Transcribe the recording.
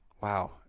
Wow